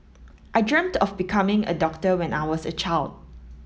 I dreamt of becoming a doctor when I was a child